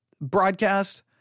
broadcast